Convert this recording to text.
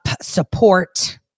support